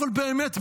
אבל באמת,